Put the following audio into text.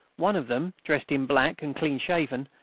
one of them, dressed in black and clean-shaven,